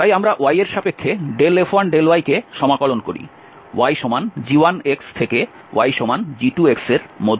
তাই আমরা y এর সাপেক্ষে F1∂y কে সমাকলন করি yg1 থেকে yg2 এর মধ্যে